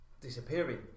disappearing